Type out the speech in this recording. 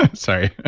ah sorry.